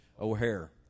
O'Hare